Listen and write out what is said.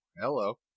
Hello